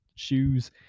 Shoes